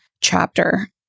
chapter